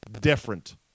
Different